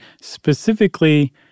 Specifically